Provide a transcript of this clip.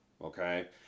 okay